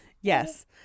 yes